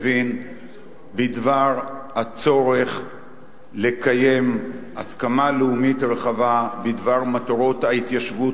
בדבר הצורך לקיים הסכמה לאומית רחבה בדבר מטרות ההתיישבות